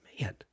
man